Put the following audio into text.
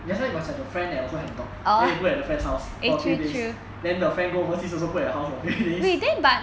that's why you must have a friend that also have a dog then we put at a friend's house for a few days then your friend go overseas also put over at your house for a few days